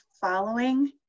following